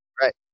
Right